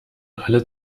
alle